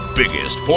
biggest